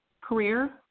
career